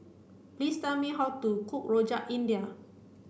please tell me how to cook Rojak India